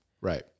right